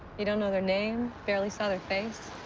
you don't know their name, barely saw their face.